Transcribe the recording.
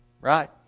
right